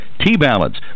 T-Balance